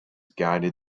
guides